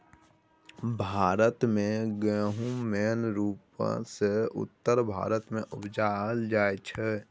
भारत मे गहुम मेन रुपसँ उत्तर भारत मे उपजाएल जाइ छै